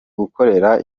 gukorera